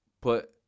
put